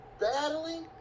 battling